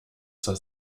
zur